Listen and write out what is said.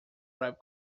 web